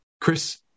Chris